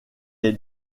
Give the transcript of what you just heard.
est